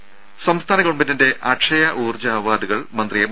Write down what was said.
രംഭ സംസ്ഥാന ഗവൺമെന്റിന്റെ അക്ഷയ ഊർജ്ജ അവാർഡുകൾ മന്ത്രി എം